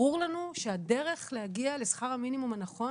ברור לנו שהדרך להגיע לשכר המינימום הנכון